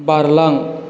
बारलां